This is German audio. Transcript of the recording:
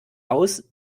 aus